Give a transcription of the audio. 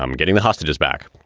um getting the hostages back.